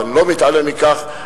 ואני לא מתעלם מכך,